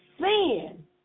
sin